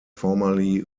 formerly